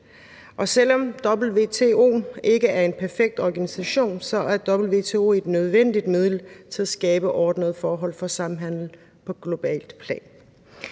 Og selv om WTO ikke er en perfekt organisation, er WTO et nødvendigt middel til at skabe ordnede forhold for samhandel på globalt plan.